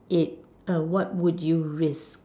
it uh what would you risk